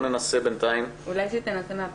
הייתי רוצה להציע בהקשר זה ובהמשך לדברים שנאמרו,